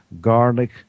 garlic